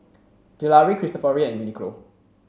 Gelare Cristofori and Uniqlo